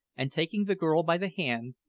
and taking the girl by the hand,